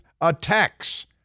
attacks